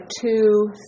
two